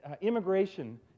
immigration